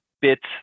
bits